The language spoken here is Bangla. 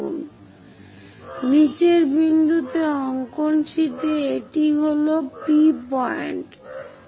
সুতরাং নীচের বিন্দুতে অঙ্কন শীটে এটি হল পয়েন্ট P